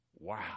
Wow